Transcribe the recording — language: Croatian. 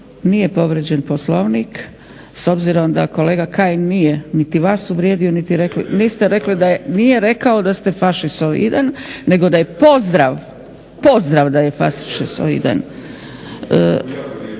Nije povrijeđen Poslovnik. S obzirom da kolega Kajin nije niti vas uvrijedio niti je, nije rekao da ste fašisoidan nego da je pozdrav da je fašisoidan.